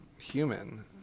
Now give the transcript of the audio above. human